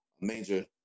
major